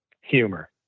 Humor